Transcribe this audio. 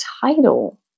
title